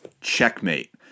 checkmate